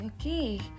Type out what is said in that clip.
okay